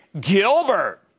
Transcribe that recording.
Gilbert